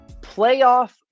playoff